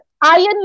iron